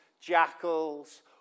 jackals